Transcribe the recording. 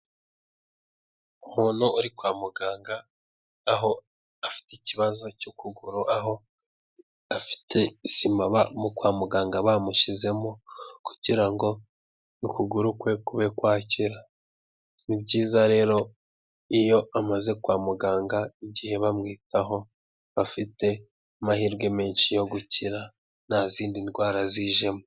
Umuntu uri kwa muganga, aho afite ikibazo cy'ukugura, aho afite sima kwa muganga bamushyizemo kugira ngo ukuguru kwe kube kwakira. Ni byiza rero iyo amaze kwa muganga igihe bamwitaho, aba afite amahirwe menshi yo gukira, nta zindi ndwara zijemo.